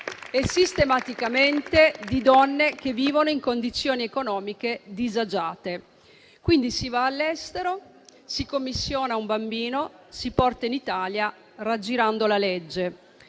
e sistematicamente di donne che vivono in condizioni economiche disagiate. Quindi, si va all'estero, si commissiona un bambino e si porta in Italia, raggirando la legge.